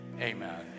amen